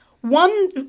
One